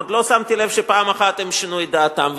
עוד לא שמתי לב שפעם אחת הם שינו את דעתם.